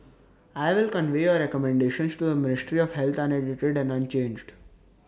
I will convey your recommendations to the ministry of health unedited and unchanged